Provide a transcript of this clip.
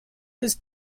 ist